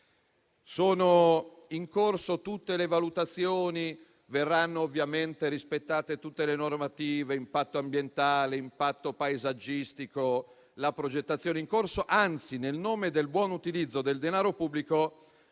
Sono in corso tutte le valutazioni e verranno ovviamente rispettate tutte le normative su impatto ambientale e impatto paesaggistico, la progettazione in corso. Anzi, nel nome del buon utilizzo del denaro pubblico,